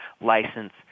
license